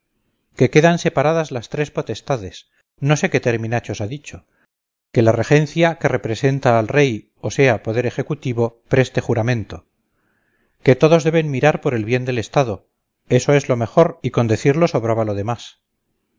que quedan separadas las tres potestades no sé qué terminachos ha dicho que la regencia que representa al rey o sea poder ejecutivo preste juramento que todos deben mirar por el bien del estado eso es lo mejor y con decirlo sobraba lo demás